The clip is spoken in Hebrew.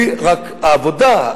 רק העבודה,